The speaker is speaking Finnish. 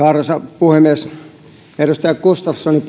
arvoisa puhemies edustaja gustafssonin